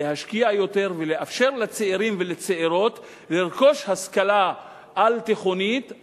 להשקיע יותר ולאפשר לצעירים ולצעירות לרכוש השכלה על-תיכונית,